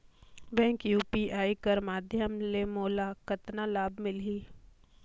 Bank UPI कर माध्यम ले मोला कतना लाभ मिली?